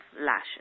lashes